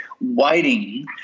waiting